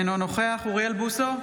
אינו נוכח אוריאל בוסו,